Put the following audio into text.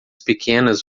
pequenas